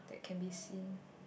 that can be seen